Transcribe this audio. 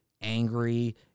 angry